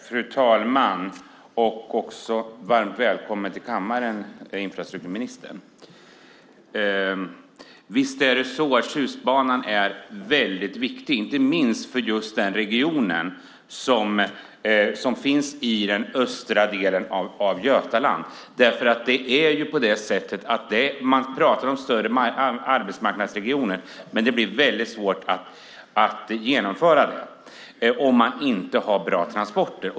Fru talman! Jag vill önska infrastrukturministern varmt välkommen till kammaren! Visst är det så att Tjustbanan är väldigt viktig, inte minst för just regionen i östra delen av Götaland. Man pratar om större arbetsmarknadsregioner, men det blir väldigt svårt att genomföra det om man inte har bra transporter.